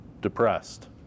depressed